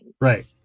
Right